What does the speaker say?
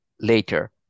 later